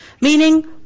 Meaning